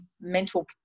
mental